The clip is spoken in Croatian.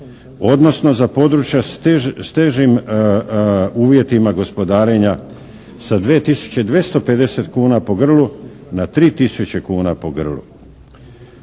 odnosno za područja s težim uvjetima gospodarenja sa 2 tisuće 250 kuna po grlu na 3 tisuće kuna po grlu.